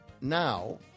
now